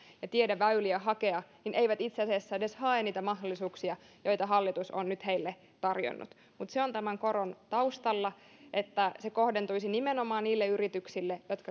ja eivät tiedä väyliä hakea eivät itse asiassa edes hae niitä mahdollisuuksia joita hallitus on nyt heille tarjonnut mutta se on tämän koron taustalla että se kohdentuisi nimenomaan niille yrityksille jotka